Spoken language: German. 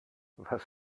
was